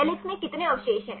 helix में कितने अवशेष हैं